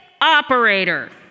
operator